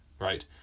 right